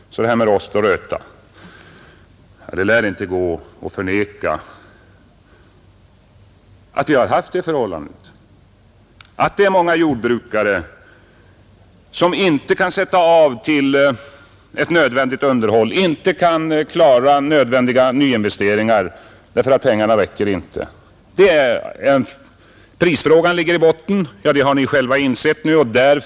Så det här med rost och röta. Det lär inte gå att förneka att det är många jordbrukare som inte kan sätta av till ett nödvändigt underhåll, som inte kan klara av nödvändiga nyinvesteringar därför att pengarna inte räcker. Prisfrågan ligger i botten — det har ni själva insett nu.